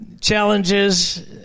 challenges